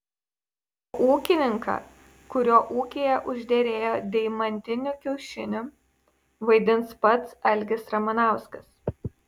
o ūkininką kurio ūkyje užderėjo deimantinių kiaušinių vaidins pats algis ramanauskas